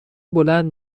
بلند